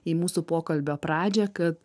į mūsų pokalbio pradžią kad